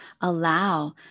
allow